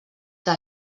que